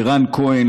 לרן כהן,